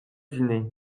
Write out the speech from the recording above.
dîné